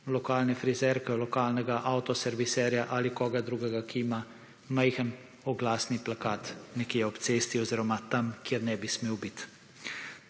lokalne frizerke, lokalnega avto serviserja ali koga drugega, ki ima majhen oglasni plakat nekje ob cesti oziroma tam kjer ne bi smel biti.